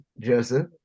Joseph